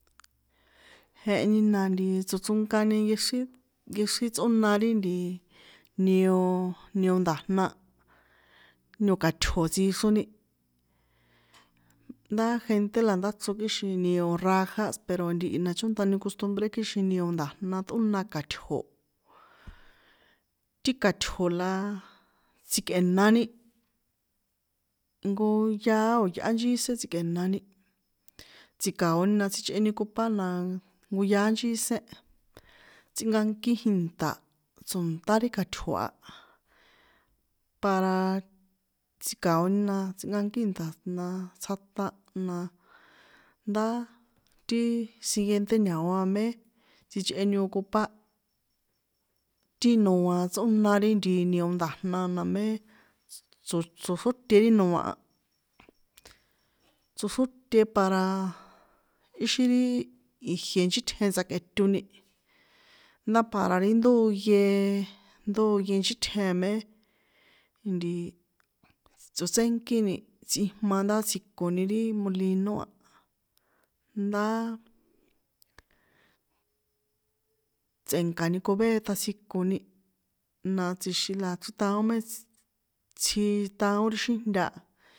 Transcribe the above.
Jeheni na nti tsochronkani nkexrín, nkexrín tsꞌóna ri ntiii, nio nio nda̱jna, nio ka̱tjo̱ tsixroni, ndá gente la ndáchro kixin nio rajás pero ntihi na chontani costumbre kixin nio nda̱jna ṭꞌóna ka̱tjo̱, ti ka̱tjo̱ la tsikꞌe̱nani, nkooo, yaá o̱ yꞌá nchísén tsikꞌe̱nani, tsi̱ka̱oni na tsichꞌeni cupaá la nko yaá nchísén, tsꞌinkankí ji̱nṭa̱ tso̱nṭá ri ka̱tjo̱ a, para tsi̱ka̱oni na̱ tsinkankí nṭa̱ na tsjaṭán na, ndá tiii, siguiente ña̱o mé, tsíchꞌeni ocupar, ti noa tsꞌóna ri ntii nionda̱jna namé, tso tsoxróte ri noa a, tsoxróte paraaaa, íxin ri, ijie nchítjen tajkꞌetoni. Ndá para ri ndóye, ndóye nchítjen e mé ntiii, tsotsénkíni tsijma ndá tsjikoni ri molino a, ndá tsꞌe̱nka̱ni cobeta tsjikoni, na tsixin la chríṭaon més tsjiṭaón ri xíjnta.